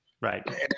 Right